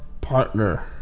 partner